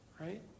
Right